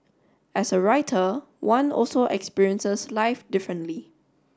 as a writer one also experiences life differently